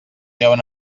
deuen